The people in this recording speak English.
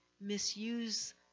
misuse